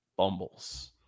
bumbles